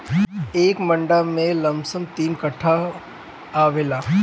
एक मंडा में लमसम तीन कट्ठा आवेला